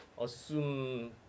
Assume